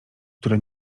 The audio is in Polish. które